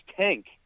tank